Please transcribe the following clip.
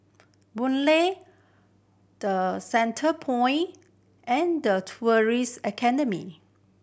Boon Lay The Centrepoint and The Tourism Academy